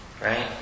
Right